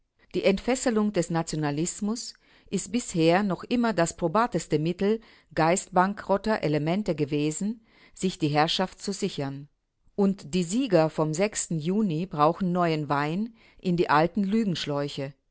die entfesselung des nationalismus ist bisher noch immer das probateste mittel geistbankerotter elemente gewesen sich die herrschaft zu sichern und die sieger vom juni brauchen neuen wein in die alten